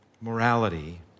morality